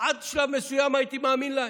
עד שלב מסוים האמנתי להם.